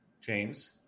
James